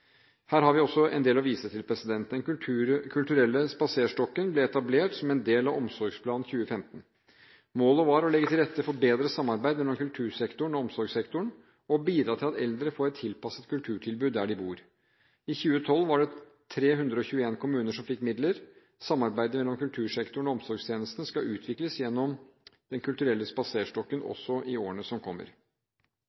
Her har vi også en del å vise til: Den kulturelle spaserstokken ble etablert som en del av Omsorgsplan 2015. Målet var å legge til rette for bedre samarbeid mellom kultursektoren og omsorgssektoren og bidra til at eldre får et tilpasset kulturtilbud der de bor. I 2012 var det 321 kommuner som fikk midler. Samarbeidet mellom kultursektoren og omsorgstjenestene skal utvikles gjennom Den kulturelle spaserstokken,